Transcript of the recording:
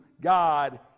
God